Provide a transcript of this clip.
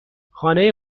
خانه